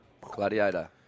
Gladiator